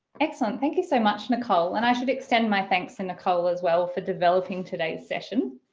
excellent thank you so much nicole and i should extend my thanks to nicole as well for developing today's session.